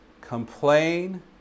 complain